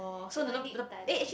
ya lor you need dialects